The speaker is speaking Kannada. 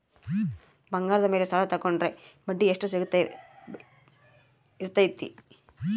ಬಂಗಾರದ ಮೇಲೆ ಸಾಲ ತೋಗೊಂಡ್ರೆ ಬಡ್ಡಿ ಎಷ್ಟು ಇರ್ತೈತೆ?